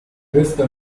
christa